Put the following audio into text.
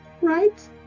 Right